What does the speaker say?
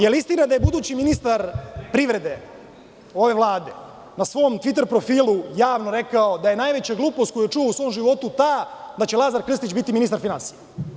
Da li je istina da je budući ministar privrede ove Vlade, na svom tviter profilu, javno rekao da je najveća glupost koju je čuo u svom životu ta da će Lazar Krstić biti ministar za finansije?